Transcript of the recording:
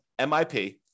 MIP